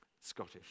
Scottish